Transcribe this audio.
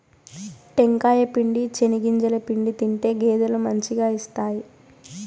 టెంకాయ పిండి, చెనిగింజల పిండి తింటే గేదెలు మంచిగా ఇస్తాయి